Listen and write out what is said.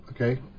okay